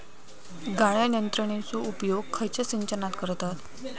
गाळण यंत्रनेचो उपयोग खयच्या सिंचनात करतत?